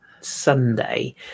Sunday